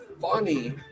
funny